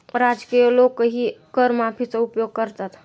राजकीय लोकही कर माफीचा उपयोग करतात